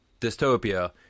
dystopia